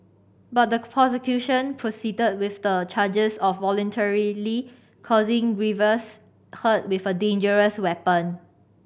but the prosecution proceeded with the charges of voluntarily causing grievous hurt with a dangerous weapon